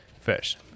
fish